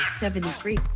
seventy three.